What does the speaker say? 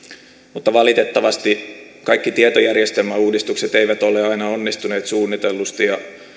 mutta valitettavasti kaikki tietojärjestelmäuudistukset eivät ole ole aina onnistuneet suunnitellusti